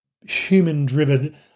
human-driven